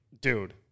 dude